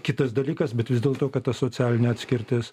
kitas dalykas bet vis dėlto kad ta socialinė atskirtis